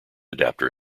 adapter